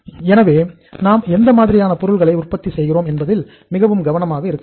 எனவே நாம் எந்த மாதிரியான பொருளை உற்பத்தி செய்கிறோம் என்பதில் மிகவும் கவனமாக இருக்க வேண்டும்